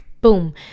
boom